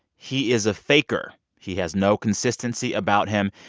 he is a faker. he has no consistency about him.